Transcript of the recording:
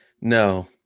no